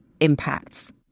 impacts